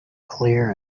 clear